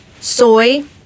soy